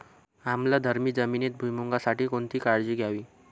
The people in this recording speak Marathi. आम्लधर्मी जमिनीत भुईमूगासाठी कोणती काळजी घ्यावी?